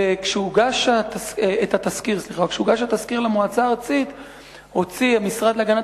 וכשהוגש התסקיר למועצה הארצית הוציא המשרד להגנת